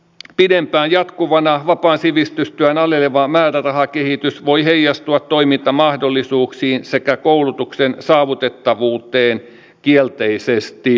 pidempään jatkuvana vapaan sivistystyön aleneva määrärahakehitys voi heijastua toimintamahdollisuuksiin sekä koulutuksen saavutettavuuteen kielteisesti